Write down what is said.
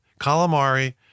calamari